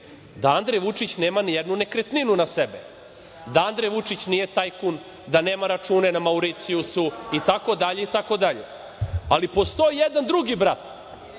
da Andrej Vučić nema ni jednu nekretninu na sebe, da Andrej Vučić nije tajkun, da nema račune na Mauricijusu, itd. Postoji jedan drugi brat